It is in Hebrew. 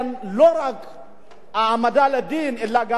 העמדה לדין אלא גם יצירת הרתעה,